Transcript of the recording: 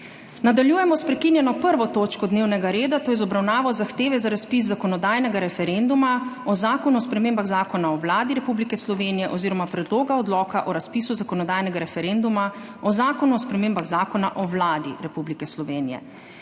Nadaljujemo s prekinjeno 1. točko dnevnega reda - zahteva za razpis zakonodajnega referenduma o Zakonu o spremembah Zakona o Vladi Republike Slovenije oziroma Predloga odloka o razpisu zakonodajnega referenduma o Zakonu o spremembah Zakona o Vladi Republike Slovenije.